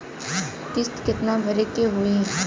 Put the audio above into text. किस्त कितना भरे के होइ?